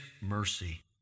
mercy